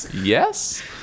Yes